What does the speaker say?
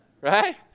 Right